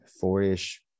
four-ish